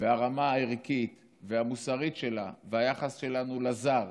והרמה הערכית והמוסרית שלה והיחס שלנו לזר